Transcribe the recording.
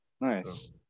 Nice